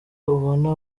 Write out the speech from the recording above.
ubona